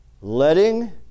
letting